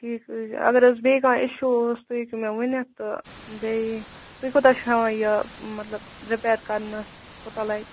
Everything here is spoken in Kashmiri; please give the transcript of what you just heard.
ٹھیٖک حٲز چھُ اگر حٲز بیٚیہِ کانٛہہ اِشو اوس تُہۍ ہیٚکِو مےٚ ؤنِتھ تہِ بیٚیہِ تُہۍ کوتاہ چھُو ہیٚوان یہِ مطلب رِپیر کَرنس کوتاہ لَگہِ